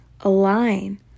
Align